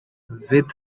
with